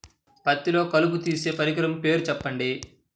పత్తిలో కలుపు తీసే పరికరము పేరు చెప్పండి